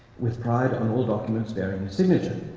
with pride on all documents baring his signature.